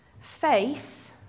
Faith